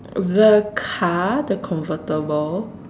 the car the convertible